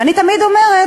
ואני תמיד אומרת,